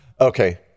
Okay